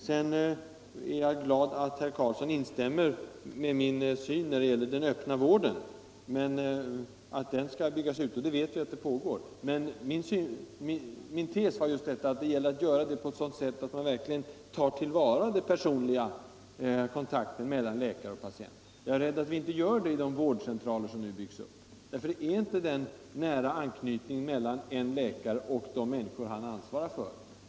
Jag är glad att herr Karlsson instämmer i att den öppna vården bör byggas ut. Vi vet ju att det pågår. Men min tes var att det gäller att göra det på ett sådant sätt att man verkligen säkerställer den personliga kontakten mellan läkare och patient. Jag är rädd att vi inte gör det i de vårdcentraler som nu byggs upp. Där finns inte den nära anknytningen mellan en läkare och de människor han ansvarar för.